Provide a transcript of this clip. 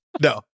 no